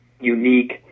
unique